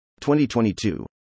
2022